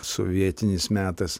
sovietinis metas